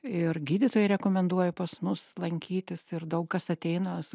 ir gydytojai rekomenduoja pas mus lankytis ir daug kas ateina su